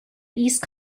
east